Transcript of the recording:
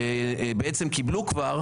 שבעצם קיבלו כבר.